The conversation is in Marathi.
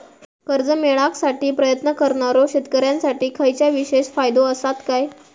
कर्जा मेळाकसाठी प्रयत्न करणारो शेतकऱ्यांसाठी खयच्या विशेष फायदो असात काय?